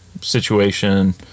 situation